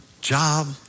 job